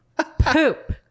poop